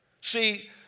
See